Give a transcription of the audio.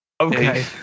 Okay